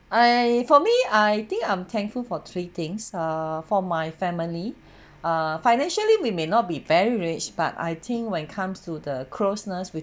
I for me I think I'm thankful for three things err for my family ah financially we may not be very rich but I think when comes to the closeness within